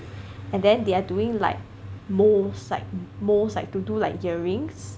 and then they are doing like moulds like moulds like to do like earrings